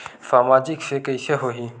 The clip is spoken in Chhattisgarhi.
सामाजिक से कइसे होही?